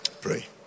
Pray